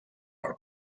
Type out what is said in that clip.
per